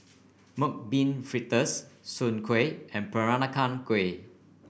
Mung Bean Fritters Soon Kuih and Peranakan Kueh